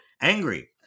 angry